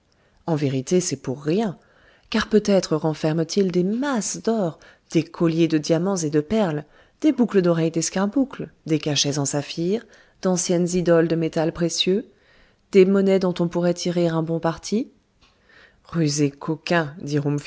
en vérité c'est pour rien car peut-être renferme t il des masses d'or des colliers de diamants et de perles des boucles d'oreilles d'escarboucle des cachets en saphir d'anciennes idoles de métal précieux des monnaies dont on pourrait tirer un bon parti rusé coquin